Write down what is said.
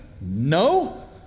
no